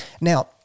Now